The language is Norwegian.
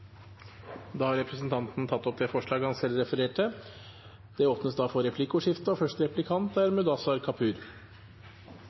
Da har representanten Vetle Wang Soleim tatt opp det forslaget han refererte til. Det blir replikkordskifte. Høgre hevdar til stadigheit i debattar, i lesarinnlegg og